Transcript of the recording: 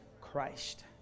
Christ